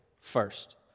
first